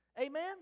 Amen